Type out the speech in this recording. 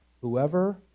whoever